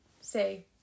say